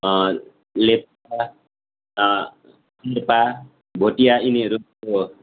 लेप्चा सेर्पा भोटिया यिनीहरूको